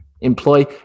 employ